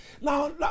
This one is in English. Now